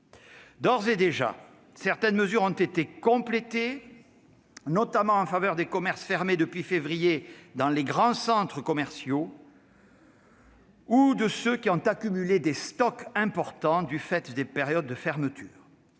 D'ores et déjà, certaines mesures ont été complétées, notamment en faveur des commerces fermés depuis février dans les grands centres commerciaux ou de ceux qui ont accumulé des stocks importants du fait des périodes de fermeture.